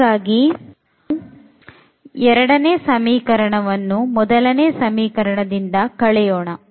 ಹಾಗಾಗಿ ಒಂದು ವೇಳೆ ನಾವು ಎರಡನೇ ಸಮೀಕರಣವನ್ನು ಮೊದಲನೇ ಸಮೀಕರಣದಿಂದ ಕಳೆಯೋಣ